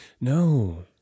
No